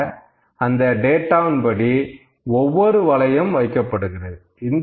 ஆக அந்த டேட்டாவின்படி ஒவ்வொரு வளையம் வைக்கப்படுகிறது